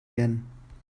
werden